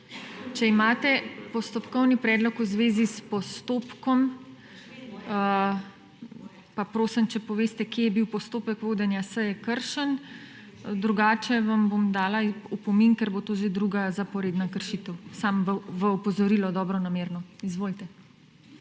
če imate postopkovni predlog v zvezi s postopkom …/ oglašanje iz dvorane/ Pa prosim, če poveste, kje je bil postopek vodenja seje kršen, drugače vam bom dala opomin, ker bo to že druga zaporedna kršitev. Samo v opozorilo, dobronamerno. Izvolite.